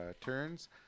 turns